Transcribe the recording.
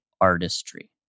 artistry